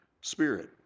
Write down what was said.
Spirit